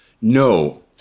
No